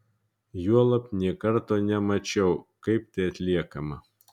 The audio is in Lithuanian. juolab nė karto nemačiau kaip tai atliekama